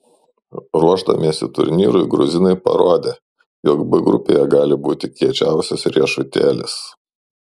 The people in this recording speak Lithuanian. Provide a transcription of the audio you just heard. ruošdamiesi turnyrui gruzinai parodė jog b grupėje gali būti kiečiausias riešutėlis